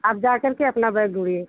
आप जाकर के अपना बैग ढूंढिए